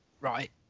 right